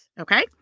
okay